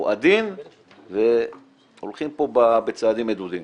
הוא עדין והולכים פה בצעדים מדודים.